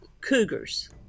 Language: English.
cougars